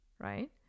right